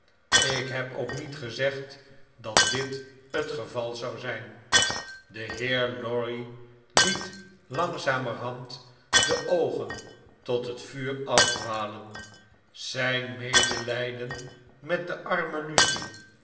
lk heb ook niet gezegd dat dit het geval zou zgn de heer lorry liet langzamerhand deoogen tot het vuur afdwalen zjjn medelgden met de arme lucie